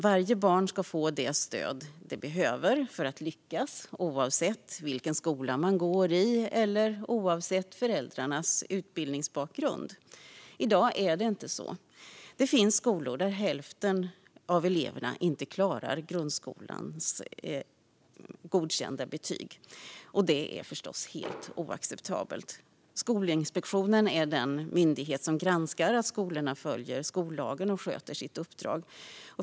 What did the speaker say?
Varje barn ska få det stöd det behöver för att lyckas, oavsett vilken skola man går i och föräldrarnas utbildningsbakgrund. I dag är det inte så. Det finns skolor där hälften av eleverna inte klarar grundskolan med godkända betyg. Detta är förstås helt oacceptabelt. Skolinspektionen är den myndighet som granskar att skolorna följer skollagen och sköter sitt uppdrag.